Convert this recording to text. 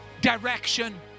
direction